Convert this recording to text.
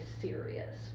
serious